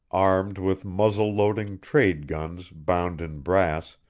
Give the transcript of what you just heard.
armed with muzzle-loading trade-guns bound in brass,